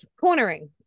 cornering